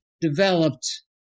developed